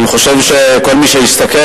אני חושב שכל מי שהסתכל,